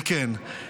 וכן,